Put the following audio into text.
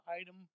item –